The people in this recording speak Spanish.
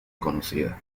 conocida